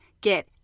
get